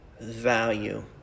value